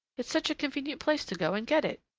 it's such a convenient place to go and get it!